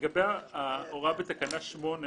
לגבי ההוראה בתקנה 8,